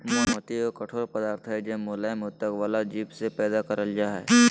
मोती एगो कठोर पदार्थ हय जे मुलायम उत्तक वला जीव से पैदा करल जा हय